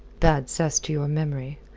bad cess to your memory.